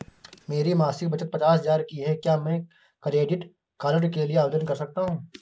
मेरी मासिक बचत पचास हजार की है क्या मैं क्रेडिट कार्ड के लिए आवेदन कर सकता हूँ?